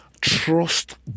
Trust